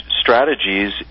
strategies